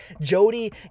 Jody